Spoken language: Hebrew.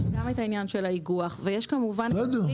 יש גם את העניין של האיגוח ויש כמובן את הכלי